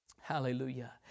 Hallelujah